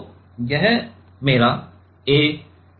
तो यह मेरा a है